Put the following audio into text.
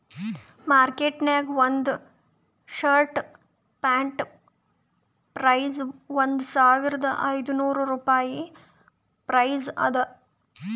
market ನಾಗ್ ಒಂದ್ shirt ಪ್ಯಾಂಟ್ದು ಪ್ರೈಸ್ ಒಂದ್ ಸಾವಿರದ ಐದ ನೋರ್ ರುಪಾಯಿ ಪ್ರೈಸ್ ಅದಾ